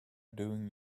doing